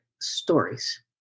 stories